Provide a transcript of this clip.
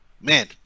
Man